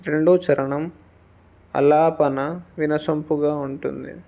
రెండవ చరణం ఆలాపన వినసొంపుగా ఉంటుంది